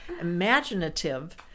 imaginative